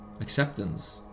acceptance